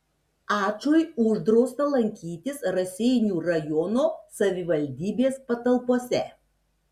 ačui uždrausta lankytis raseinių rajono savivaldybės patalpose